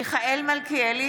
מיכאל מלכיאלי,